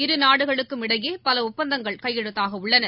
இருநாடுகளுக்குமிடையேபலஒப்பந்தங்கள் கையெழுத்தாகவுள்ளன